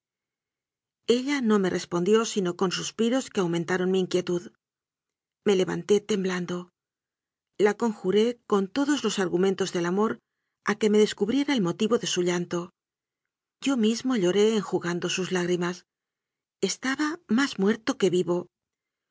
ella no me respondió sino con suspiros que au mentaron mi inquietud me levanté temblando la conjuré con todos los argumentos del amor a que me descubriera el motivo de su llanto yo mismo lloré enjugando sus lágrimas estaba más muerto que vivo